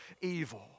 evil